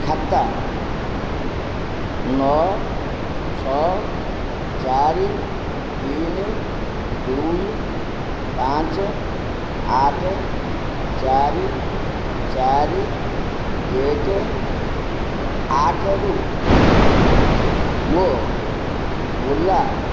ଖାତା ନଅ ଛଅ ଚାରି ତିନି ଦୁଇ ପାଞ୍ଚ ଆଠ ଚାରି ଚାରି ଏକ ଆଠରୁ ମୋ ଓଲା